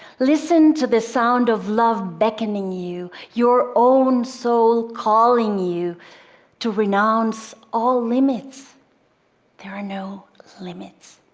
listen to the sound of love beckoning you, your own soul calling you to renounce all limits there are no limits.